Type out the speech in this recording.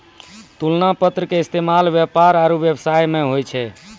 तुलना पत्र के इस्तेमाल व्यापार आरु व्यवसाय मे होय छै